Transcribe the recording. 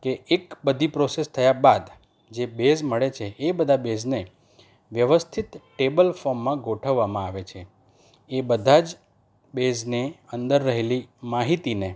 કે એક બધી પ્રોસેસ થયા બાદ જે બેઝ મળે છે એ બધા બેઝને વ્યવસ્થિત ટેબલ ફૉર્મમાં ગોઠવવામાં આવે છે એ બધા જ બેઝને અંદર રહેલી માહિતીને